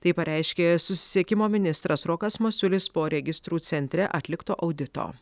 tai pareiškė susisiekimo ministras rokas masiulis po registrų centre atlikto audito